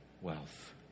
wealth